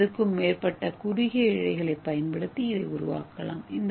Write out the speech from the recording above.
250 க்கும் மேற்பட்ட குறுகிய இழைகளைப் பயன்படுத்தி இதை உருவாக்கலாம்